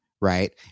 right